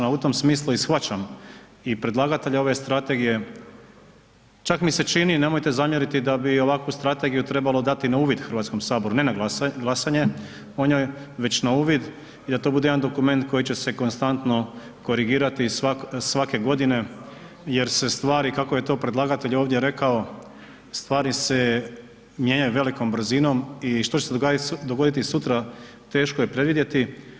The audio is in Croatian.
A u tom smislu i shvaćam i predlagatelja ove strategije, čak mi se čini nemojte zamjeriti da bi ovakvu strategiju trebalo dati na uvid Hrvatskom saboru, ne na glasanje o njoj, već na uvid i da to bude jedan dokument koji će se konstantno korigirati svake godine jer se stvari kako je to predlagatelj ovdje rekao, stvari se mijenjaju velikom brzinom i što će se dogoditi sutra teško je predvidjeti.